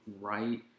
right